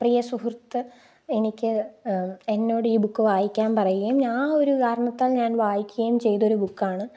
പ്രിയ സുഹൃത്ത് എനിക്ക് എന്നോട് ഈ ബുക്ക് വായിക്കാൻ പറയുകയും ഞാൻ ഒരു കാരണത്താൽ ഞാൻ വായിക്കുകയും ചെയ്തൊരു ബൂക്കാണ്